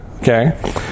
okay